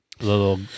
little